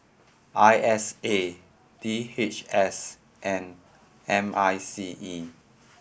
I S A D H S and M I C E